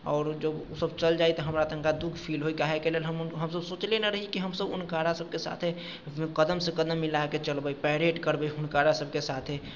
आओर ओसभ जखन चलि जाइ हमरा तनिका दुःख फील होइ काहेकि लेल हम हुनका हमसभ सोचले न रही कि हमसभ हुनकरा सभके साथे कदमसँ कदम मिलाके चलबै पैरेड करबै हुनकरासभके साथे